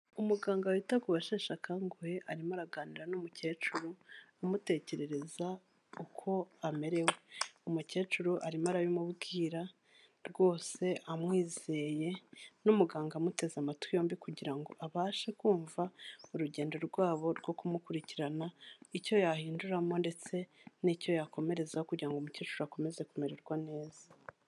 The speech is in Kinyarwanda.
Umuganga wita ku basheshe akanguhe, arimo araganira n'umukecuru, amutekerereza uko amerewe. Umukecuru arimo arabimubwira rwose amwizeye n'umuganga amuteze amatwi yombi kugira ngo abashe kumva urugendo rwabo rwo kumukurikirana, icyo yahinduramo ndetse n'icyo yakomerezaho kugira ngo umukecuru akomeze kumererwa neza.